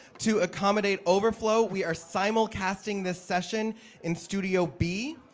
to accommodate overflow, we are simulcasting this session in studio b.